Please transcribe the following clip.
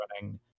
running